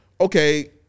okay